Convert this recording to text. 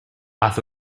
haz